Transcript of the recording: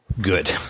Good